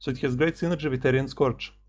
so it has great synergy with aery and scorch.